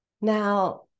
Now